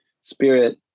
spirit